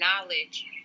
knowledge